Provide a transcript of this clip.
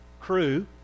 Crew